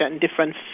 different